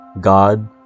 God